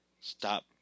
Stop